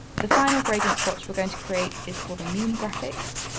the final gradient swatch we're going to create is for the moon graphics.